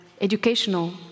educational